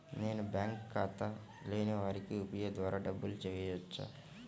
నేను బ్యాంక్ ఖాతా లేని వారికి యూ.పీ.ఐ ద్వారా డబ్బులు వేయచ్చా?